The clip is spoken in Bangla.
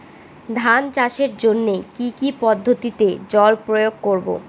ধান চাষের জন্যে কি কী পদ্ধতিতে জল প্রয়োগ করব?